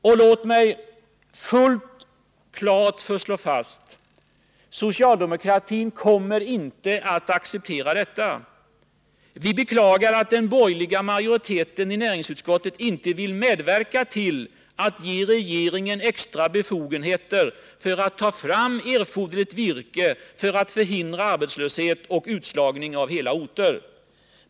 Och låt mig fullt klart slå fast: Socialdemokratin kommer inte att acceptera detta! Vi beklagar att den borgerliga majoriteten i näringsutskottet inte vill medverka till att ge regeringen extra befogenheter för att ta fram erforderligt virke i syfte att förhindra arbetslöshet och utslagning av hela orter.